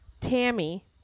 tammy